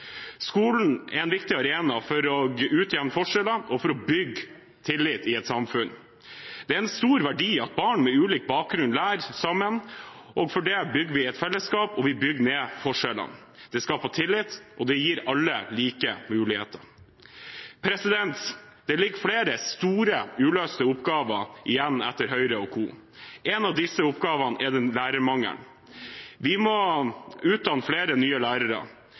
Skolen er en viktig arena for å utjevne forskjeller, og for å bygge tillit i et samfunn. Det er en stor verdi at barn med ulik bakgrunn lærer sammen, og for det bygger vi et fellesskap, og vi bygger ned forskjellene. Det skaper tillit, og det gir alle like muligheter. Det ligger flere store, uløste oppgaver igjen etter Høyre & Co. En av disse oppgavene er lærermangelen. Vi må utdanne flere nye lærere.